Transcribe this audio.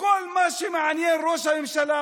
וכל מה שמעניין את ראש הממשלה